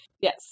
Yes